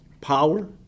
power